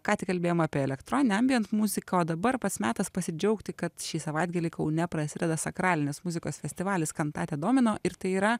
ką tik kalbėjom apie elektroninę am muziką o dabar pats metas pasidžiaugti kad šį savaitgalį kaune prasideda sakralinės muzikos festivalis kantate domino ir tai yra